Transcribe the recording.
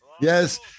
Yes